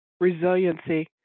Resiliency